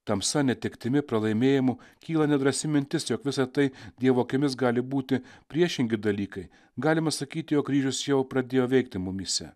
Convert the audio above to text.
tamsa netektimi pralaimėjimu kyla nedrąsi mintis jog visa tai dievo akimis gali būti priešingi dalykai galima sakyti jog kryžius jau pradėjo veikti mumyse